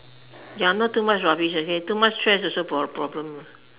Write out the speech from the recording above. ya not too much rubbish okay too much trash also pro~ problem ah